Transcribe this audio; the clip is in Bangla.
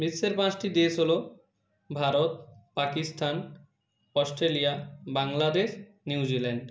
বিশ্বের পাঁচটি দেশ হলো ভারত পাকিস্তান অস্ট্রেলিয়া বাংলাদেশ নিউজিল্যাণ্ড